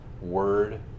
word